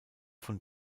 von